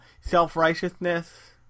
Self-righteousness